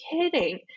kidding